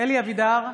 אלי אבידר,